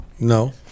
No